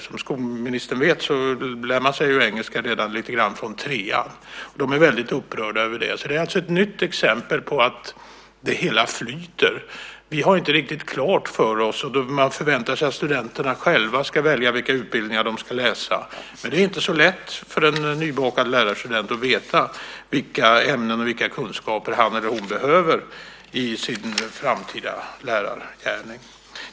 Som skolministern vet lär man sig engelska lite grann redan från trean. De är väldigt upprörda över det. Det är alltså ett nytt exempel på att det hela flyter. Man förväntar sig att studenterna själva ska välja vad de ska läsa. Men det är inte så lätt för en nybakad lärarstudent att veta vilka ämnen och vilka kunskaper som han eller hon behöver i sin framtida lärargärning.